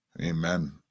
Amen